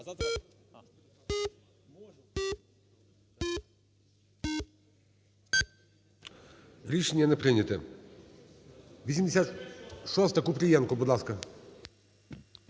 Рішення не прийняте. 86-а. Кіпрієнко, будь ласка.